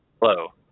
Hello